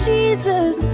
Jesus